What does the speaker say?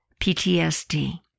PTSD